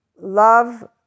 love